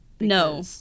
No